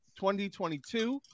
2022